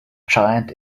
giant